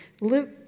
Luke